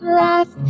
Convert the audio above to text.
laugh